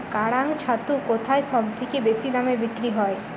কাড়াং ছাতু কোথায় সবথেকে বেশি দামে বিক্রি হয়?